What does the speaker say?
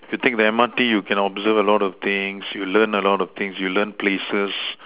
you take the M_R_T you can observe a lot of things you learn a lot of things you learn places